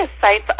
sites